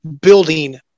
building